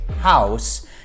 house